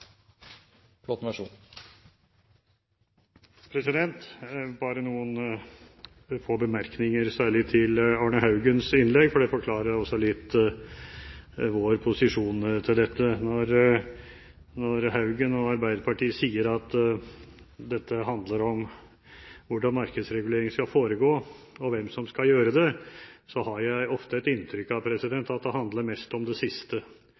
til. Bare noen få bemerkninger, særlig til Arne L. Haugens innlegg, for det forklarer også litt vår posisjon. Når Haugen og Arbeiderpartiet sier at dette handler om hvordan markedsregulering skal foregå, og hvem som skal gjøre det, har jeg ofte et inntrykk av at det handler mest om det siste